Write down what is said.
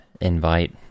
invite